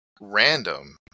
random